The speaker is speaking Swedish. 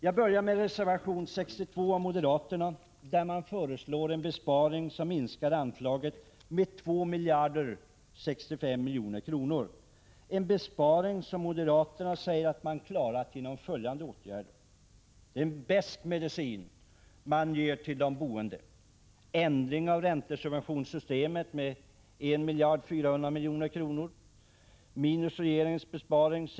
Jag börjar med reservation 62 av moderaterna, i vilken de förslår en besparing som minskar anslaget med 2 065 milj.kr. Denna besparing säger sig moderaterna ha klarat genom följande åtgärder: Det är en besk medicin som moderaterna ger till de boende.